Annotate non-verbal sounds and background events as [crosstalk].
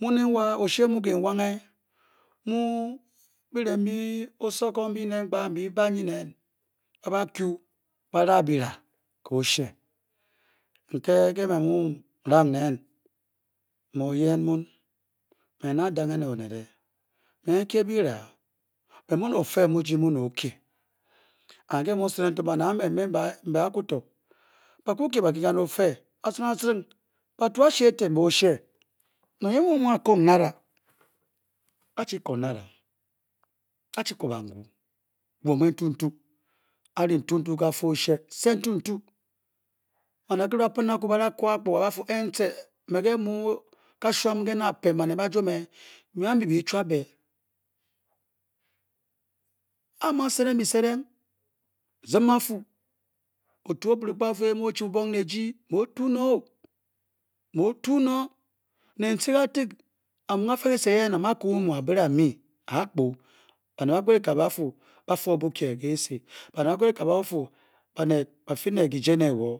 mu neen wa oshe kiinwange mu byire mbyi osokon gbaat byi-bakyu byi-raa byi-raa [unintelligible] nke ke mu n-raa ng me oyen min me nda-dange ne onet Me nnkye byi-raa me mu ne ofe mu eji mu ndakye onet and ke mu n-set ng banet ambe mbe áku to baka kye bakinkan ofe, acirinaaring batu ashi eten. Nang yee mu amu a-koo ng nara dachi Koo nara dachi Koo bangwa bwom kè ntuntu a-ri ntuntu ke kafa oshe set ntuntu banet bakiri ba-cen n áku ba-dakoo akpuga a n-ce me nkè mu kashuram nke a m-pen banet ba-jwo me byem ambyi biichwap be A amu a-set ng byisedeng ziin a-Fu otu oburukpabi mu o-chi bubong ne ejii mu o-tun n I mu o-tun n I nenci kantik amu ke kafa kyise eyen ama a-ko ng omu a-biri a-myii aa-kpu banet ba-kpet ekabe ba-fa ba-fe o bukye ke esi ba-kpet ekabe ba-fa banet baFi ne kyije ne wo